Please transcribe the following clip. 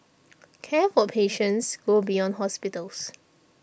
care for patients go beyond hospitals